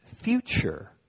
future